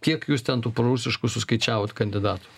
kiek jūs ten tų prūsiškų suskaičiavot kandidatų